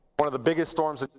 one of the biggest storms in